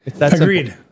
Agreed